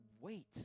wait